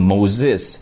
Moses